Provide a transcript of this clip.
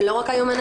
זה לא רק היומנאים,